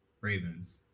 Ravens